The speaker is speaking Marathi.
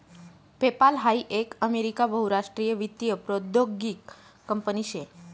पेपाल हाई एक अमेरिका बहुराष्ट्रीय वित्तीय प्रौद्योगीक कंपनी शे